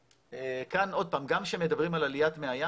גם כשמדברים על עליית מי הים,